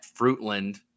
Fruitland